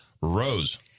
Rose